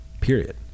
Period